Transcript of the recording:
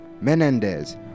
Menendez